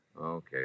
Okay